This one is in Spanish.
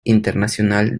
internacional